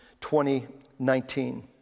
2019